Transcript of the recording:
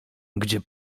gdzie